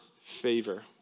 favor